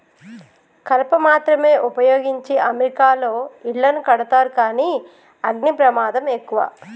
కలప మాత్రమే వుపయోగించి అమెరికాలో ఇళ్లను కడతారు కానీ అగ్ని ప్రమాదం ఎక్కువ